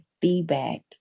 feedback